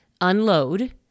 unload